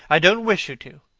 i don't wish you to.